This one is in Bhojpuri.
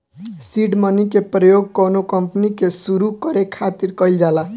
सीड मनी के प्रयोग कौनो कंपनी के सुरु करे खातिर कईल जाला